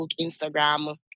Instagram